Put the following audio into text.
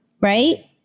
right